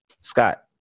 Scott